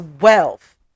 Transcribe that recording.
wealth